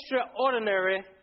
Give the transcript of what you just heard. Extraordinary